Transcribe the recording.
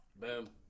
Boom